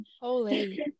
Holy